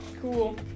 Cool